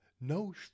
No